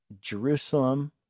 Jerusalem